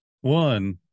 One